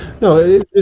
No